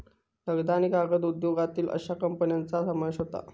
लगदा आणि कागद उद्योगातील अश्या कंपन्यांचा समावेश होता